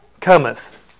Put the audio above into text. cometh